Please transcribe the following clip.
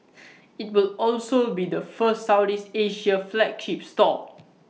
IT will also be the first Southeast Asia flagship store